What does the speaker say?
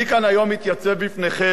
אני כאן היום מתייצב בפניכם